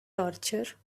torture